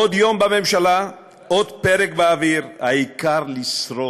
עוד יום בממשלה, עוד פרק באוויר, העיקר לשרוד,